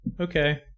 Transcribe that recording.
Okay